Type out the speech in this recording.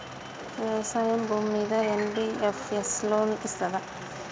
వ్యవసాయం భూమ్మీద NBFS loan ఇస్తదా?